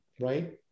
right